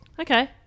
Okay